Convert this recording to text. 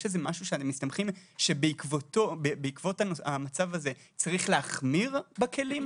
יש משהו שאתם מסתמכים עליו שבעקבות המצב הזה צריך להחמיר בכלים?